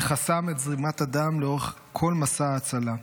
וחסם את זרימת הדם לאורך כל מסע ההצלה,